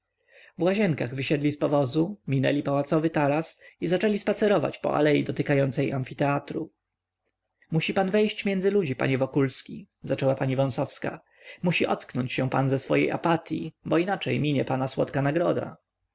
w łazienkach wysiedli z powozu minęli pałacowy taras i zaczęli spacerować po alei dotykającej amfiteatru musi pan wejść między ludzi panie wokulski zaczęła pani wąsowska musi ocknąć się pan ze swej apatyi bo inaczej minie pana słodka nagroda